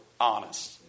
honest